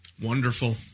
Wonderful